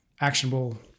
actionable